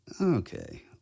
okay